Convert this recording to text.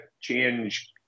change